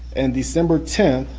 and december tenth,